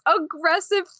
aggressive